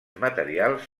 materials